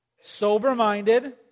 sober-minded